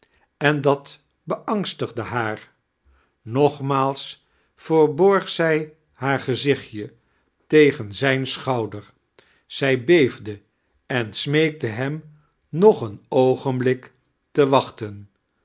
en dat beangsitigde haar nogmaals verborg zij haar geziclitje tegea zijn scihoaider zij beefde en simeekte hem mog een oogeiniblik te wachtem